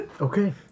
Okay